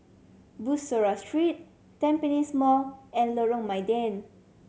Bussorah Street Tampines Mall and Lorong Mydin